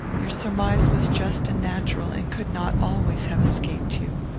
your surmise was just and natural, and could not always have escaped you.